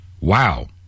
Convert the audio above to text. Wow